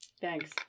Thanks